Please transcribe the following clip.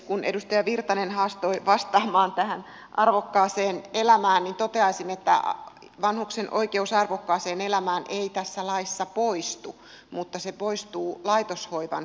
kun edustaja virtanen haastoi vastaamaan tähän arvokkaaseen elämään niin toteaisin että vanhuksen oikeus arvokkaaseen elämään ei tässä laissa poistu mutta se poistuu laitoshoivan kriteereistä